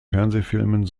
fernsehfilmen